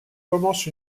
commence